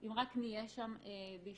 אם רק נהיה שם בשבילם.